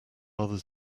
others